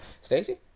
Stacey